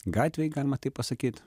gatvėj galima taip pasakyt